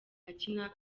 akina